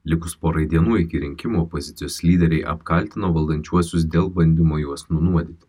likus porai dienų iki rinkimų opozicijos lyderiai apkaltino valdančiuosius dėl bandymo juos nunuodyti